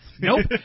Nope